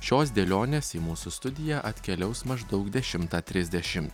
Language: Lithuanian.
šios dėlionės į mūsų studiją atkeliaus maždaug dešimtą trisdešimt